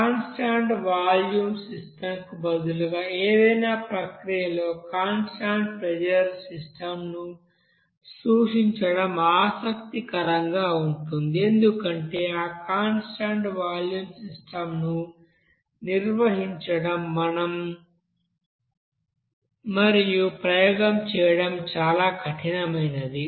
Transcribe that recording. constant volume సిస్టంకు బదులుగా ఏదైనా ప్రక్రియలో కాన్స్టాంట్ ప్రెజర్ సిస్టం ను సూచించడం ఆసక్తికరంగా ఉంటుంది ఎందుకంటే ఆ కాన్స్టాంట్ వాల్యూమ్ సిస్టం ను నిర్వహించడం మరియు ప్రయోగం చేయడం చాలా కఠినమైనది